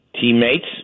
teammates